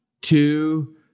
two